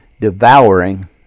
devouring